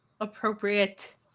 appropriate